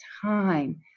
time